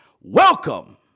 Welcome